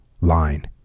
Line